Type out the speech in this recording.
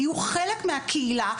יהיו חלק מהקהילה,